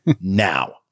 now